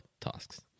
tasks